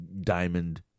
Diamond